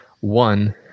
One